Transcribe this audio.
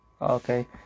okay